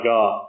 God